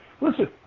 Listen